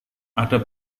ada